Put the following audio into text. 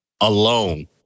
alone